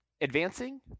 advancing